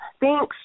Thanks